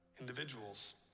individuals